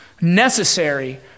necessary